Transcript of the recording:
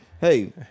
Hey